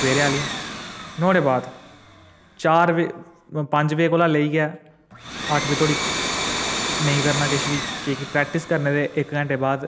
सवेरे आह्ली नुआढ़े बाद चार बजे पंज बजे कोला लेइयै अट्ठ बजे धोड़ी नेईं करना किश बी की जे प्रैक्टिस करने दे इक घैंटे बाद